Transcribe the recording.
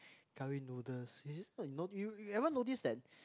curry noodles is this you you ever notice that